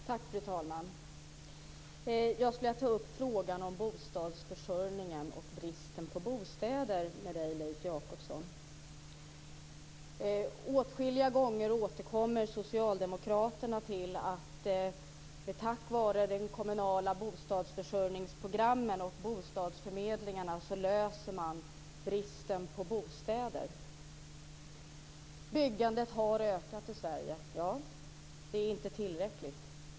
Fru talman! Jag skulle vilja ta upp frågan om bostadsförsörjningen och bristen på bostäder med Leif Åtskilliga gånger återkommer socialdemokraterna till att det är tack vare de kommunala bostadsförsörjningsprogrammen och bostadsförmedlingarna som bristen på bostäder löses. Ja, byggandet har ökat i Sverige, men det är inte tillräckligt.